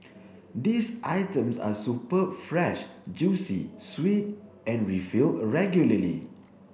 these items are superb fresh juicy sweet and refilled regularly